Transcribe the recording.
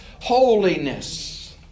holiness